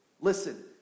listen